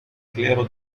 clero